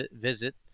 visit